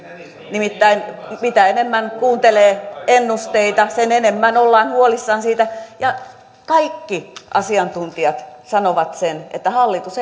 nimittäin mitä enemmän kuuntelee ennusteita sen enemmän ollaan huolissaan siitä ja kaikki asiantuntijat sanovat että hallitus